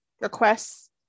requests